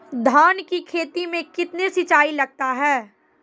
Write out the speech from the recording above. धान की खेती मे कितने सिंचाई लगता है?